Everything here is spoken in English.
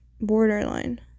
borderline